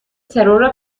ترور